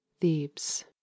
Thebes